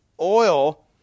oil